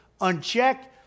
Unchecked